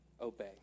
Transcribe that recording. obey